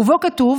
ובו כתוב,